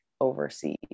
overseas